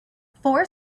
four